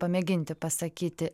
pamėginti pasakyti